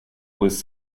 was